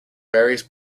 various